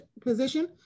position